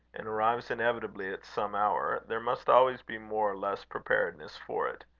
and arrives inevitably at some hour, there must always be more or less preparedness for it.